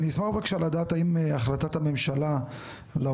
אני אשמח בבקשה לדעת האם החלטת הממשלה לעובדים